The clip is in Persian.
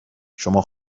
شما